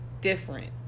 different